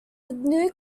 new